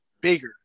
bigger